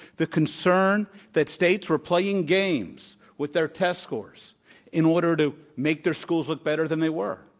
the concern that states were playing games with their test scores in order to make their schools look better than they were.